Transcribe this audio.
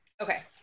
okay